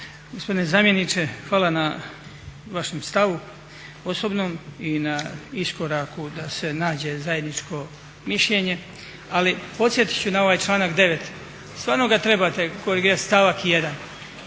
Gospodine zamjeniče, hvala na vašem stavu osobnom i na iskoraku da se nađe zajedničko mišljenje, ali podsjetit ću na ovaj članak 9. Stvarno ga trebate korigirat, stavak 1.